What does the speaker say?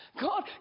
God